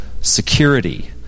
security